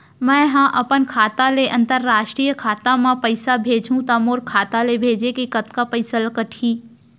मै ह अपन खाता ले, अंतरराष्ट्रीय खाता मा पइसा भेजहु त मोर खाता ले, भेजे के कतका पइसा कटही?